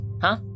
huh